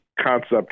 concept